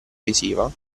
visiva